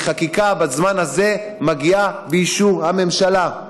כי חקיקה בזמן הזה מגיעה באישור הממשלה.